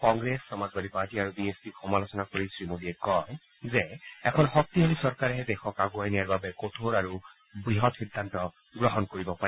Congress Samajwadi party আৰু B S পিক সমালোচনা কৰি শ্ৰীমোডীয়ে কয় যে এখন শক্তিশালী চৰকাৰেহে দেশক আগুৱাই নিয়াৰ বাবে কঠোৰ আৰু বৃহৎ সিদ্ধান্ত গ্ৰহণ কৰিব পাৰে